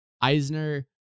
Eisner